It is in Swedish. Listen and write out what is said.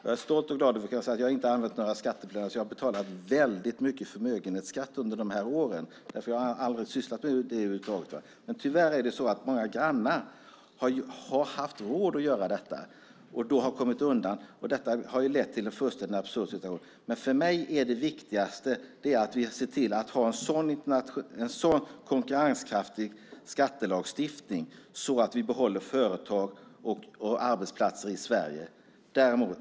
Jag är stolt och glad över att jag kan säga att jag inte har anlitat några skatteplanerare utan att jag har betalat mycket förmögenhetsskatt under dessa år. Jag har aldrig sysslat med skatteplanering över huvud taget. Tyvärr är det så att många grannar har haft råd att göra detta och har kommit undan. Det har lett till en fullständigt absurd situation. För mig är det viktigaste att vi ser till att vi har en konkurrenskraftig skattelagstiftning så att vi behåller företag och arbetsplatser i Sverige. Fru talman!